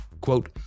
Quote